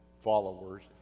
followers